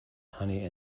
honey